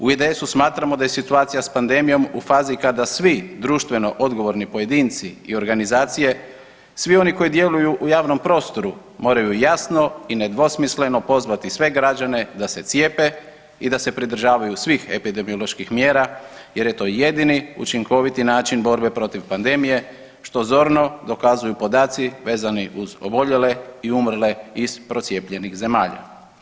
U IDS-u smatramo da je situacija s pandemijom u fazi kada svi društveno odgovorni pojedinci i organizacije, svi oni koji djeluju u javnom prostoru moraju jasno i nedvosmisleno pozvati sve građane da se cijepe i da se pridržavaju svih epidemiološki mjera jer je to jedini učinkoviti način borbe protiv pandemije što zorno dokazuju podaci vezani uz oboljele i umrle iz procijepljenih zemalja.